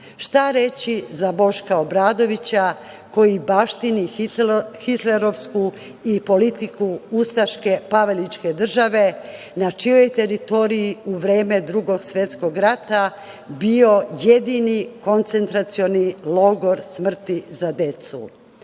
Šta reći za Boška Obradovića, koji baštini hitlerovsku i politiku ustaške pavelićke države, na čijoj teritoriji za vreme Drugog svetskog rata bio jedini koncentracioni logor smrti za decu?